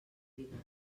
figues